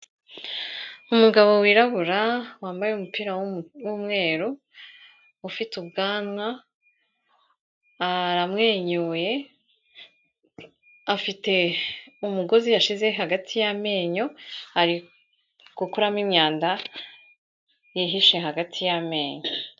Umugabo wirabura wambaye umupira w'umweru, ufite ubwanwa aramwenyuye, afite umugozi yashize hagati y'amenyo, ari gukuramo imyanda yihishe hagati y'amenyo.